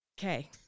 Okay